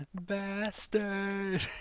Bastard